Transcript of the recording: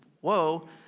Whoa